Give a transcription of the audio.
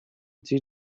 due